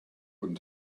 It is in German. guten